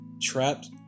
Trapped